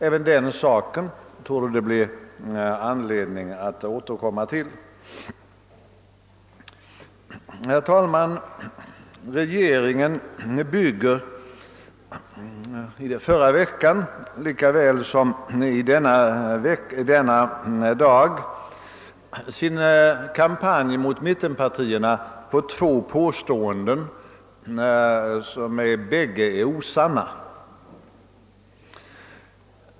Även den saken torde det finnas anledning att återkomma till. Herr talman! Regeringen bygger sin kampanj mot mittenpartierna — den som man förde förra veckan lika väl som den som förs i dag — på två påståenden som bägge är osanna.